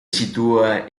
sitúa